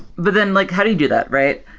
but then like how do you do that, right?